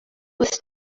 was